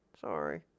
Sorry